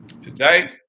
Today